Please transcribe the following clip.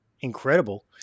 incredible